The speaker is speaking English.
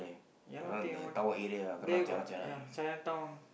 yeah lah take M_R_T there got ya Chinatown